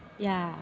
ya